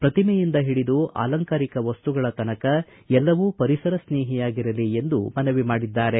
ಶ್ರತಿಮೆಯಿಂದ ಹಿಡಿದು ಆಲಂಕಾರಿಕ ಮಸ್ತುಗಳ ತನಕ ಎಲ್ಲವೂ ಪರಿಸರ ಸ್ನೇಹಿಯಾಗಿರಲಿ ಎಂದು ಮನವಿ ಮಾಡಿದ್ದಾರೆ